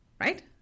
Right